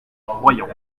royan